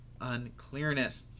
unclearness